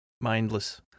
mindless